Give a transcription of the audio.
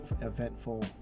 eventful